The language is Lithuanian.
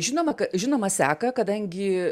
žinoma žinoma seka kadangi